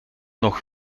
nog